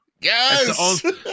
Yes